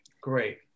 great